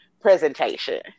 presentation